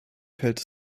fällt